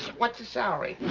but. what's the salary?